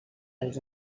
als